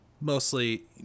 Mostly